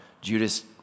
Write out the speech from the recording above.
Judas